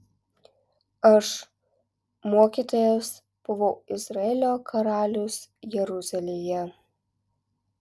aš mokytojas buvau izraelio karalius jeruzalėje